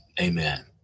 amen